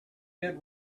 good